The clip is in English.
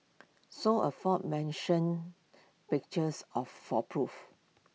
saw aforementioned pictures of for proof